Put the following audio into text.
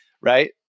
Right